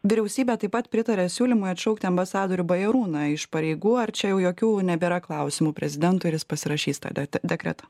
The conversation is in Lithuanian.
vyriausybė taip pat pritarė siūlymui atšaukti ambasadorių bajorūną iš pareigų ar čia jau jokių nebėra klausimų prezidentui ir jis pasirašys tą de dekretą